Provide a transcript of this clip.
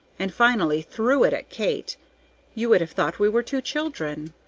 and finally threw it at kate you would have thought we were two children.